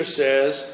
says